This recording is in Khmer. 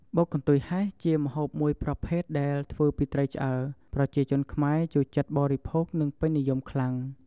បុកកន្ទុយហេះជាម្ហូបមួយប្រភេទដែលធ្វើពីត្រីឆ្អើរប្រជាជនខ្មែរចូលចិត្តបរិភោគនិងពេញនិយមខ្លាំង។